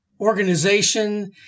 organization